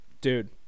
Dude